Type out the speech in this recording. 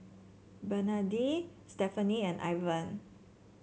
Bernadine Stephenie and Ivan